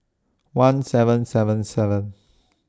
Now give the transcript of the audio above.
one seven seven seven